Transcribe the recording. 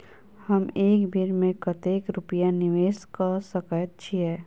हम एक बेर मे कतेक रूपया निवेश कऽ सकैत छीयै?